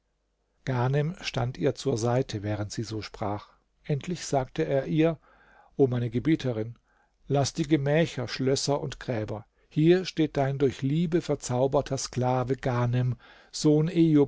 ghanem stand ihr zur seite während sie so sprach endlich sagte er ihr o meine gebieterin laß die gemächer schlösser und gräber hier steht dein durch liebe verzauberter sklave ghanem sohn